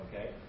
Okay